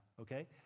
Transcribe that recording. okay